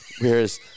Whereas